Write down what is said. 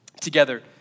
together